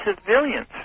civilians